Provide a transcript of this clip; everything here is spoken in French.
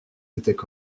étaient